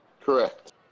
Correct